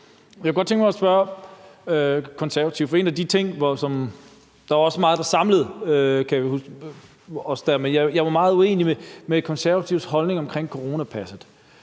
Jeg kunne godt tænke mig at spørge Konservative om noget. Der var også meget, der samlede os dér, kan jeg huske. Men jeg var meget uenig i Konservatives holdning omkring coronapasset,